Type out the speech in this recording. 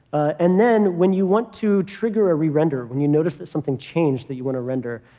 and then when you want to trigger a rerender, when you notice that something changed that you want to render,